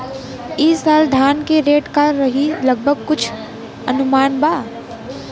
ई साल धान के रेट का रही लगभग कुछ अनुमान बा?